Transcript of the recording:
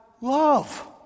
love